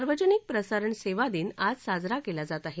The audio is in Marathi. सार्वजनिक प्रसारणसेवा दिन आज साजरा केला जात आहे